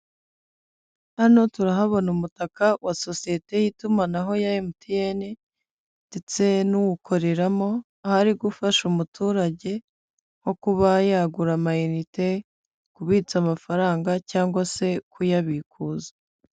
Hano turahabona umutaka wa sosiyete y'itumanaho ya MTN, ndetse n'uwukoreramo, aho ari gufasha umuturage, nko kuba yagura ama inite, kubitsa amafaranga, cyangwa se kuyabikuza.